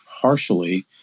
partially